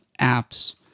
apps